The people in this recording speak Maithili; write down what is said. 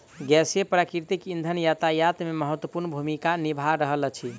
गैसीय प्राकृतिक इंधन यातायात मे महत्वपूर्ण भूमिका निभा रहल अछि